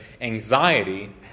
anxiety